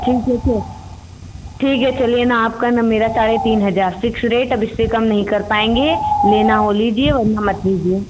ठीक ठीक है चलिए ना आपका ना मेरा साढ़े तीन हज़ार फ़िक्स रेट अब इससे कम नहीं कर पाएँगे लेना हो लीजिए वरना मत लीजिए